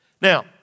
Now